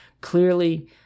clearly